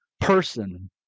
person